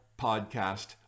podcast